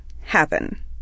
happen